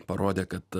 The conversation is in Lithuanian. parodė kad